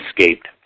escaped